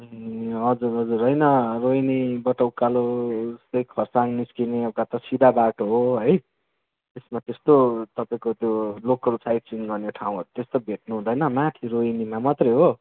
ए हजुर हजुर होइन रोहिनीबाट उकालो चाहिँ खरसाङ निस्किने एउटा त सिधा बाटो हो है यसमा त्यस्तो तपाईँको त्यो लोकल साइट सिन गर्ने ठाँउहरू त्यस्तो भेट्नु हुँदैन माथि रोहिनीमा मात्र हो